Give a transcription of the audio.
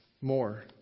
more